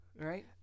Right